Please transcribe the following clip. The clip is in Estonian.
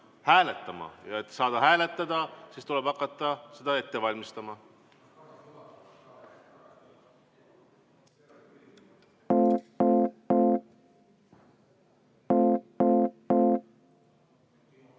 Et saada hääletada, tuleb hakata seda ette valmistama.